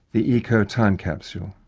the ecotimecapsule.